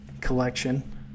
collection